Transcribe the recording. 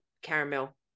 Caramel